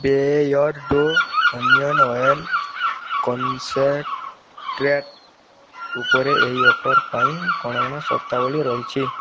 ବେୟର୍ଡ଼ୋ onion oil concentrate ଉପରେ ଏହି offer ପାଇଁ କ'ଣ କ'ଣ ସର୍ତ୍ତାବଳୀ ରହିଛି